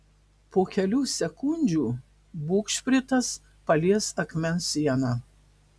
po kelių sekundžių bugšpritas palies akmens sieną